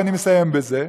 ואני מסיים בזה,